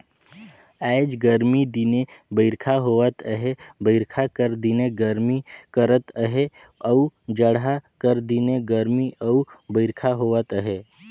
आएज गरमी दिने बरिखा होवत अहे बरिखा कर दिने गरमी करत अहे अउ जड़हा कर दिने गरमी अउ बरिखा होवत अहे